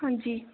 ਹਾਂਜੀ